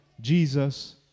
Jesus